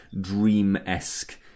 dream-esque